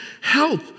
help